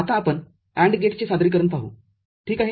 आता आपण AND गेटचे सादरीकरण पाहू ठीक आहे